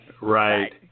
Right